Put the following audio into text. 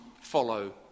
follow